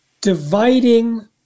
dividing